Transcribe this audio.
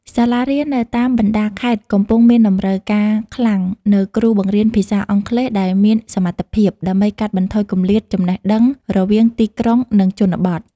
សាលារៀននៅតាមបណ្តាខេត្តកំពុងមានតម្រូវការខ្លាំងនូវគ្រូបង្រៀនភាសាអង់គ្លេសដែលមានសមត្ថភាព ដើម្បីកាត់បន្ថយគម្លាតចំណេះដឹងរវាងទីក្រុង និងជនបទ។